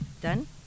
Done